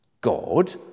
God